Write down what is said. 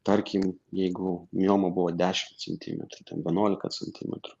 tarkim jeigu mioma buvo dešim centimetrų ten vienuolika centimetrų